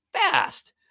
fast